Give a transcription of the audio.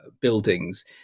buildings